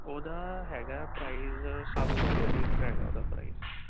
ਉਹਦਾ ਹੈਗਾ ਪ੍ਰਾਈਜ਼ ਸੱਤ ਸੌ ਰੁਪਏ ਲੀਟਰ ਹੈਗਾ ਉਹਦਾ ਪ੍ਰਾਈਜ਼